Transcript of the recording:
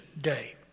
Day